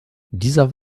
dieser